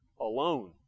alone